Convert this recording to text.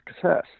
success